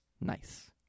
Nice